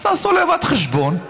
אז תעשו לבד חשבון: